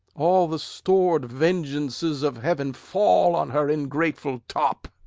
all the stor'd vengeances of heaven fall on her ingrateful top!